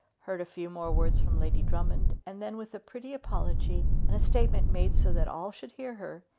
heard a few more words from lady drummond, and then, with a pretty apology and a statement made so that all should hear her,